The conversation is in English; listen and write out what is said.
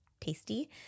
tasty